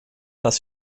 das